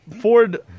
Ford